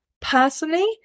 personally